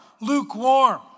lukewarm